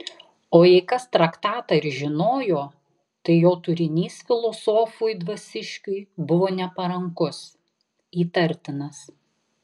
o jei kas traktatą ir žinojo tai jo turinys filosofui dvasiškiui buvo neparankus įtartinas